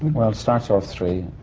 well, it starts off three.